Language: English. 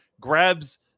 grabs